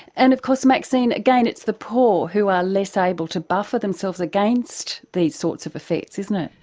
and of course, maxine, again it's the poor who are less able to buffer themselves against these sorts of effects, isn't it?